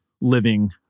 living